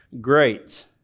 great